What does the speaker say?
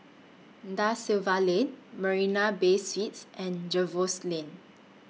DA Silva Lane Marina Bay Suites and Jervois Lane